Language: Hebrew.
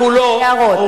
הערות.